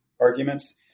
arguments